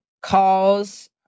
calls